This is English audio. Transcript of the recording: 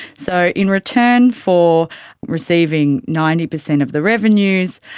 so in return for receiving ninety percent of the revenues,